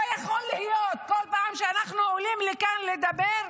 לא יכול להיות שבכל פעם שאנחנו עולים לכאן לדבר,